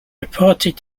reported